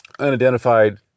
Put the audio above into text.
unidentified